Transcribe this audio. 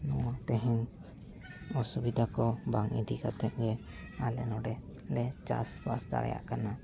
ᱱᱚᱣᱟ ᱛᱮᱦᱮᱧ ᱚᱥᱩᱵᱤᱫᱷᱟ ᱠᱚ ᱵᱟᱝ ᱤᱫᱤ ᱠᱟᱛᱮᱫ ᱜᱮ ᱟᱞᱮ ᱱᱚᱸᱰᱮᱞᱮ ᱪᱟᱥᱵᱟᱥ ᱫᱟᱲᱮᱭᱟᱜ ᱠᱟᱱᱟ